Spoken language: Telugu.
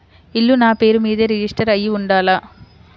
ఇల్లు నాపేరు మీదే రిజిస్టర్ అయ్యి ఉండాల?